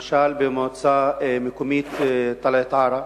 למשל, במועצה מקומית טלעת-עארה,